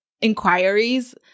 inquiries